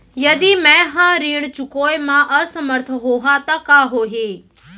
यदि मैं ह ऋण चुकोय म असमर्थ होहा त का होही?